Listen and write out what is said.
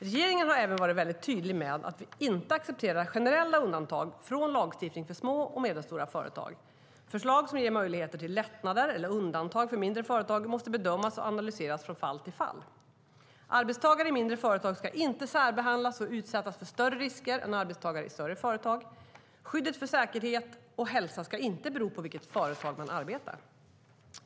Regeringen har även varit väldigt tydlig med att vi inte accepterar generella undantag från lagstiftning för små och medelstora företag. Förslag som ger möjligheter till lättnader eller undantag för mindre företag måste bedömas och analyseras från fall till fall. Arbetstagare i mindre företag ska inte särbehandlas och utsättas för större risker än arbetstagare i större företag. Skyddet för säkerhet och hälsa ska inte bero på i vilket företag man arbetar.